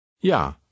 Ja